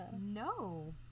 No